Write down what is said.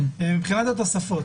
מבחינת התוספות,